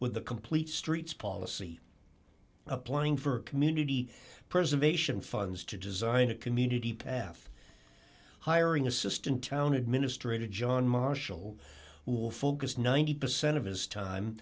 with the complete streets policy applying for community preservation funds to design a community path hiring assistant town administrator john marshall will focus ninety percent of his time